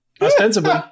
Ostensibly